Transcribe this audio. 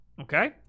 Okay